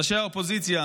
ראשי האופוזיציה,